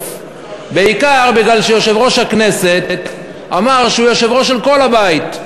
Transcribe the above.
בעיקר כי יושב-ראש הכנסת אמר שהוא יושב-ראש של כל הבית,